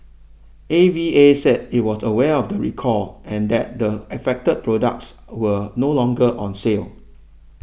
A V A said it was aware of the recall and that the affected products were no longer on sale